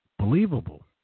Believable